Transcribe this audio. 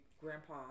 grandpa